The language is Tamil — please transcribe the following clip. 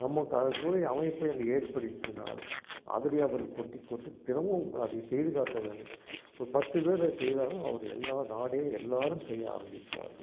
நமக்கு அதற்குரிய அமைப்பை அங்கு ஏற்படுத்தினால் அதுலேயே அவர்கள் கொட்டி கொட்டி தினமும் அதை செய்து காட்ட வேண்டும் ஒரு பத்து பேர் அதை செய்தாலும் அதை எல்லா நாடே எல்லாேரும் செய்ய ஆரம்பிப்பார்கள்